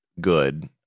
good